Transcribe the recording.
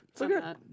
okay